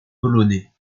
polonais